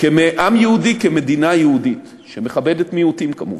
כעם יהודי, כמדינה יהודית, שמכבדת מיעוטים כמובן.